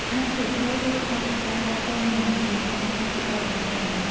អានសៀវភៅ ឬឯកសារពាក់ព័ន្ធនឹងវិទ្យាសាស្ត្រសុខាភិបាលបន្ថែម។